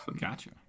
gotcha